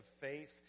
faith